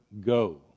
go